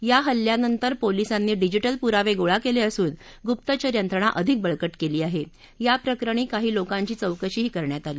या हल्ल्यानंतर पोलीसांनी डीजिटल पुरावत्रीळा क्लिजिसून गुप्तचर यंत्रणा अधिक बळकट क्ली आह आप्रकरणी काही लोकांची चौकशी करण्यात आली